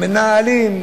מנהלים,